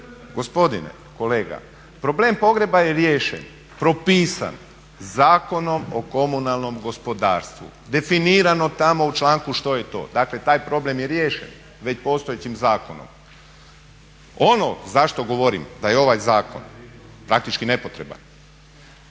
Gospodine, kolega, problem pogreba je riješen, propisan zakonom o komunalnom gospodarstvu, definirano tamo u članku što je to, dakle taj problem je riješen već postojećim zakonom. Ono zašto govorim da je ovaj zakon praktički nepotreban,